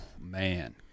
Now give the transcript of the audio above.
Man